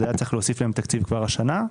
היה צריך להוסיף להם תקציב כבר השנה.